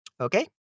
Okay